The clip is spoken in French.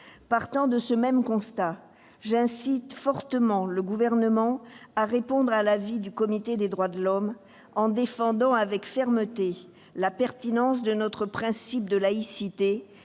Partant de ce même constat, j'incite fortement le Gouvernement à répondre à l'avis du Comité des droits de l'homme, en défendant avec fermeté la pertinence de notre principe de laïcité